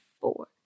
four